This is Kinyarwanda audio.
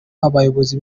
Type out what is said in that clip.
abayobozi